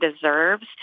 deserves